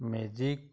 magic